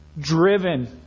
driven